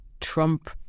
Trump